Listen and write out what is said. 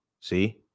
see